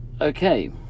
okay